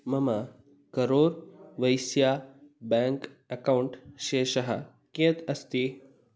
मम Karur Vysya bank account शेषं कियत् अस्ति